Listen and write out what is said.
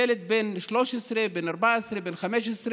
ילד בן 13, בן 14,